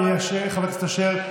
אדוני חבר הכנסת אשר,